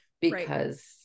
because-